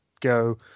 go